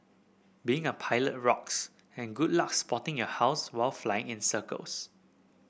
being a pilot rocks and good luck spotting your house while flying in circles